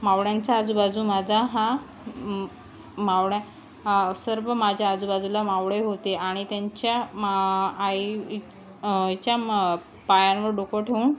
मावळ्यांचा आजूबाजू माझा हा मावळ्या सर्व माझ्या आजूबाजूला मावळे होते आणि त्यांच्या मा आई च्या पायांवर डोकं ठेऊन